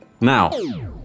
Now